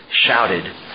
shouted